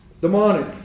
Demonic